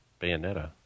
Bayonetta